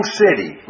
city